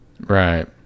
right